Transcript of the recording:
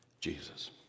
Jesus